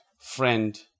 friend